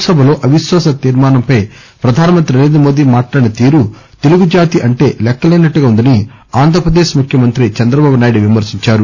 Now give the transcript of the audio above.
లోక్ సభలో అవిశ్వాస తీర్మానం పై ప్రధాన మంత్రి నరేంద్ర మోదీ మాట్లాడిన తీరు తెలుగు జాతి అంటే లెక్కనట్టుగా ఉందని ఆంధ్రప్రదేశ్ ముఖ్యమంత్రి చంద్రబాబు నాయుడు విమర్పించారు